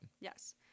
Yes